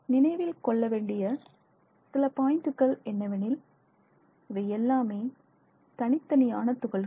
நினைவில் கொள்ளவேண்டிய சில பாயிண்ட்கள் என்னவெனில் இவை எல்லாமே தனித்தனியான துகள்கள்